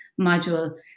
module